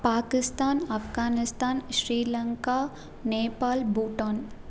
Pakistan Afghanistan Sri Lanka Nepal Bhutan